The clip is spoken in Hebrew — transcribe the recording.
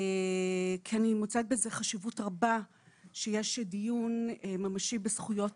כי אני מוצאת בזה חשיבות רבה שיש דיון ממשי בזכויות